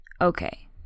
okay